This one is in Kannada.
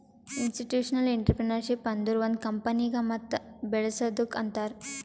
ಇನ್ಸ್ಟಿಟ್ಯೂಷನಲ್ ಇಂಟ್ರಪ್ರಿನರ್ಶಿಪ್ ಅಂದುರ್ ಒಂದ್ ಕಂಪನಿಗ ಮತ್ ಬೇಳಸದ್ದುಕ್ ಅಂತಾರ್